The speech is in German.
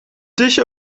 dich